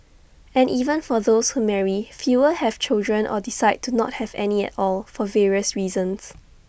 and even for those who marry fewer have children or decide to not have any at all for various reasons